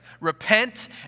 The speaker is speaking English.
Repent